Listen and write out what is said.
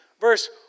verse